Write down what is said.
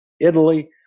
Italy